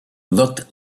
looked